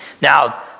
Now